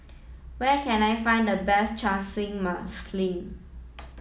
where can I find the best Chana Masala